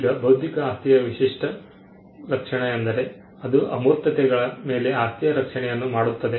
ಈಗ ಬೌದ್ಧಿಕ ಆಸ್ತಿಯ ವಿಶಿಷ್ಟ ಲಕ್ಷಣ ಎಂದರೆ ಅದು ಅಮೂರ್ತತೆಗಳ ಮೇಲೆ ಆಸ್ತಿಯ ರಕ್ಷಣೆಯನ್ನು ಮಾಡುತ್ತದೆ